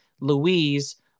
Louise